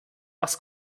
was